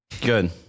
Good